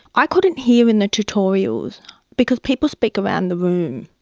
i couldn't hear in the tutorials because people speak around the room,